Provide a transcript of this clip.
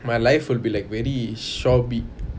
my life would be like very shabby